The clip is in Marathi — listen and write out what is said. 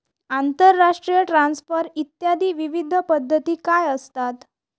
आंतरराष्ट्रीय ट्रान्सफर इत्यादी विविध पद्धती काय असतात?